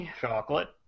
Chocolate